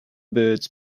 birds